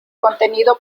contenido